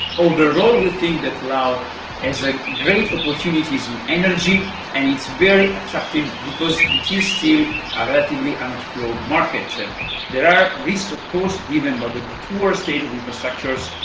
overall we think that laos has like great opportunities in energy and it's very attractive because it is still a relatively unexplored market. there are risks of course given by the poor state of infrastructures,